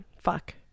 Fuck